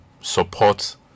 support